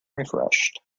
refreshed